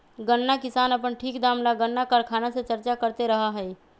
गन्ना किसान अपन ठीक दाम ला गन्ना कारखाना से चर्चा करते रहा हई